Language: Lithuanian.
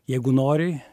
jeigu nori